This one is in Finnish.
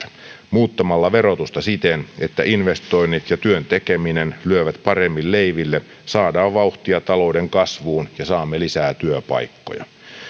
muuttamalla verotusta siten että investoinnit ja työn tekeminen lyövät paremmin leiville saadaan vauhtia talouden kasvuun ja saamme lisää työpaikkoja